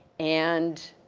and,